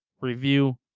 review